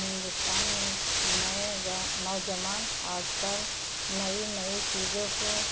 ہندوستان میں نئے نوجوان آج کل نئی نئی چیزوں کو